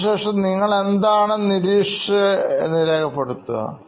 അതിനുശേഷം നിങ്ങളെന്താണ് നിരീക്ഷിച്ചത് രേഖപ്പെടുത്തുക